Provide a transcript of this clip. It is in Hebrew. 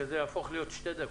שזה יהפוך להיות שתי דקות.